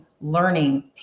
learning